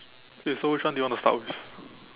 okay so which one do you want to start with